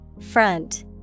Front